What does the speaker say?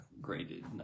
graded